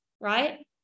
right